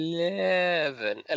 Eleven